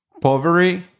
poverty